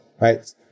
right